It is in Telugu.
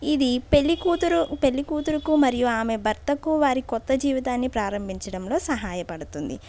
ఇది పెళ్ళికూతురు పెళ్ళికూతురుకు మరియు ఆమె భర్తకు వారి కొత్త జీవితాన్ని ప్రారంభించడంలో సహాయపడుతుంది